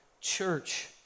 church